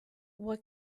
what